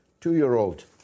two-year-old